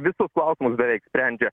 visus klausimus beveik sprendžia